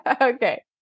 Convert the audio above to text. Okay